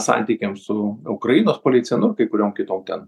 santykiam su ukrainos policija nu kai kuriom kitom ten